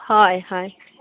হয় হয়